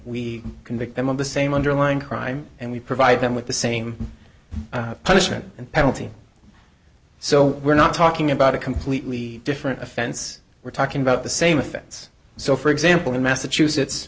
we convict them of the same underlying crime and we provide them with the same punishment and penalty so we're not talking about a completely different offense we're talking about the same offense so for example in massachusetts